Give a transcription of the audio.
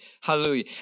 hallelujah